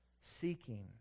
seeking